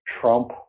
Trump